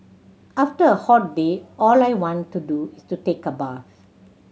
after a hot day all I want to do is take a bath